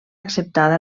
acceptada